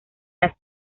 las